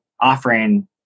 offering